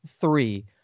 three